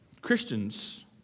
Christians